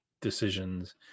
decisions